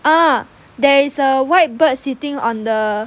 ah there is a white bird sitting on the